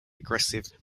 aggressive